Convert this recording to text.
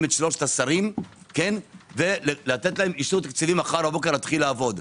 את שלושת השרים ולתת להם אישור תקציבי מחר בבוקר להתחיל לעבוד.